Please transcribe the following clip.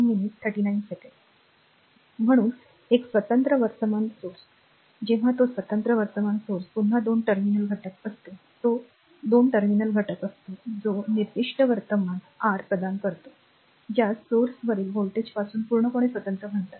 म्हणून एक स्वतंत्र वर्तमान स्त्रोत जेव्हा तो स्वतंत्र वर्तमान स्त्रोत पुन्हा दोन टर्मिनल घटक असतो तो दोन टर्मिनल घटक असतो जो निर्दिष्ट वर्तमान आर प्रदान करतो ज्यास स्त्रोतावरील व्होल्टेज पासून पूर्णपणे स्वतंत्र म्हणतात